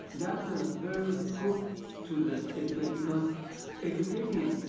that's a very good to this educate, because education,